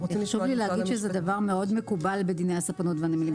חשוב לי לומר שזה דבר מאוד מקובל בדיני הספנות והנמלים.